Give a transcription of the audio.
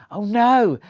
oh no,